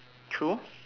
true